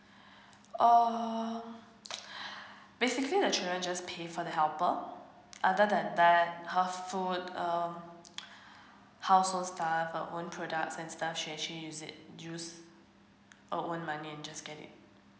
orh basically the children just pay for the helper other than that her food um household stuff her own products and stuff she actually use it use her own money and just get it